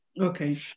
okay